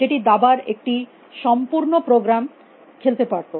যেটি দাবার একটি সম্পূর্ণ প্রোগ্রাম খেলতে পারত